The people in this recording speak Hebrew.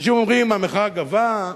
אנשים אומרים, המחאה גוועה.